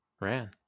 Ran